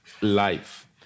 Life